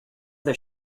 that